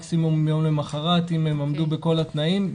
מקסימום יום למחרת אם הם עמדו בכל התנאים.